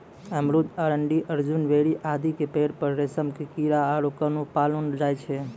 अमरूद, अरंडी, अर्जुन, बेर आदि के पेड़ पर रेशम के कीड़ा आरो ककून पाललो जाय छै